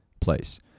place